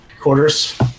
quarters